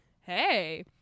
hey